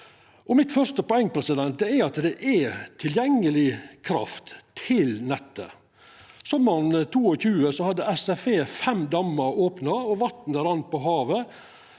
Mitt første poeng er at det er tilgjengeleg kraft til nettet. Sommaren 2022 hadde SFE fem dammar opne og vatnet rann på havet